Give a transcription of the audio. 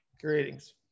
Greetings